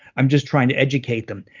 i'm just trying to educate them,